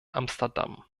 amsterdam